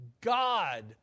God